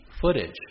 footage